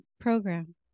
program